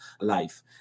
life